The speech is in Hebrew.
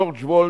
ג'ורג' וולד,